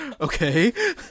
Okay